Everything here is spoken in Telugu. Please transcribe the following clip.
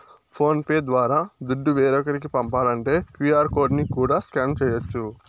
ఫోన్ పే ద్వారా దుడ్డు వేరోకరికి పంపాలంటే క్యూ.ఆర్ కోడ్ ని కూడా స్కాన్ చేయచ్చు